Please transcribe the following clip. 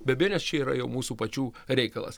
be abejonės čia yra jau mūsų pačių reikalas